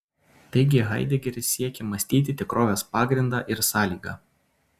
taigi haidegeris siekia mąstyti tikrovės pagrindą ir sąlygą